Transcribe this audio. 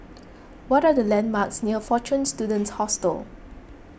what are the landmarks near fortune Students Hostel